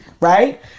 Right